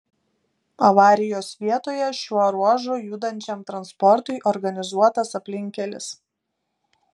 avarijos vietoje šiuo ruožu judančiam transportui organizuotas aplinkkelis